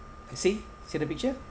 uh see see the picture